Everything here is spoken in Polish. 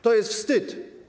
To jest wstyd.